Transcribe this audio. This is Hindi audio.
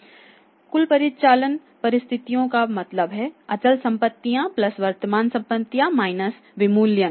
कुल परिचालन परिसंपत्तियों का मतलब है अचल संपत्तियां प्लस वर्तमान संपत्तियां माइनस विमूल्यन